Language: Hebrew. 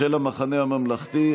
של המחנה הממלכתי.